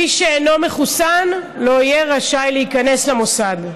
מי שאינו מחוסן לא יהיה רשאי להיכנס למוסד.